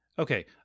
Okay